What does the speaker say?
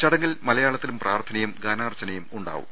ചടങ്ങിൽ മലയാളത്തിലും പ്രാർത്ഥനയും ഗാനാർച്ചനയും ഉണ്ടാകും